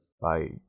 Bye